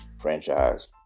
franchise